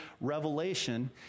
revelation